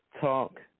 talk